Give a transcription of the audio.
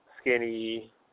skinny